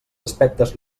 aspectes